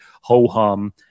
ho-hum